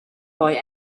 boy